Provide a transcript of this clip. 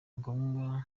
ngombwa